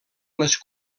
les